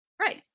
Right